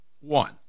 One